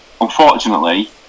unfortunately